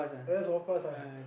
I just walk pass her